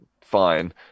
fine